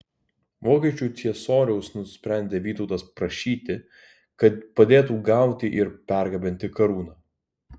vokiečių ciesoriaus nusprendė vytautas prašyti kad padėtų gauti ir pergabenti karūną